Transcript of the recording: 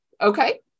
okay